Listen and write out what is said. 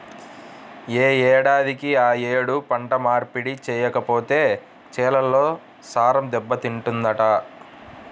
యే ఏడాదికి ఆ యేడు పంట మార్పిడి చెయ్యకపోతే చేలల్లో సారం దెబ్బతింటదంట